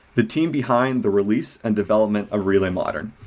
the team behind the release and development of relay modern.